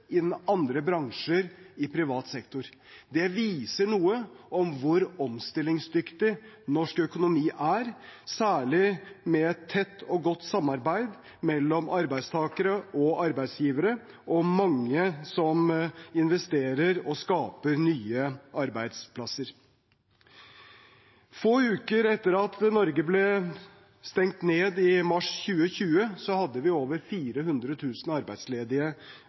innen andre bransjer i privat sektor. Det sier noe om hvor omstillingsdyktig norsk økonomi er, særlig med et tett og godt samarbeid mellom arbeidstakere og arbeidsgivere og mange som investerer og skaper nye arbeidsplasser. Få uker etter at Norge ble stengt ned i mars 2020, hadde vi over 400 000 arbeidsledige